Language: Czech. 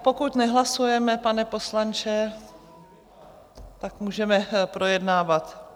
Pokud nehlasujeme, pane poslanče, tak můžeme projednávat.